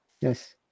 Yes